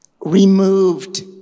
removed